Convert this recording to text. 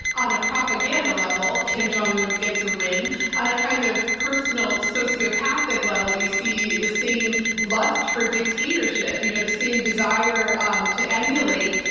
on a propaganda level, kim jong un gets a win on a kind of personal sociopathic level. you see the same lust for dictatorship. you know, the same desire um to emulate,